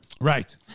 Right